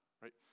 right